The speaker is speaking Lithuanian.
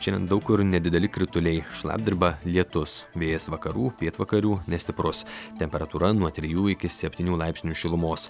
šiandien daug kur nedideli krituliai šlapdriba lietus vėjas vakarų pietvakarių nestiprus temperatūra nuo trijų iki septynių laipsnių šilumos